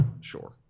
Sure